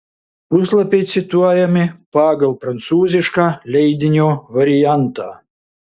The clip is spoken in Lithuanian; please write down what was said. puslapiai cituojami pagal prancūzišką leidinio variantą